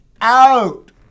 out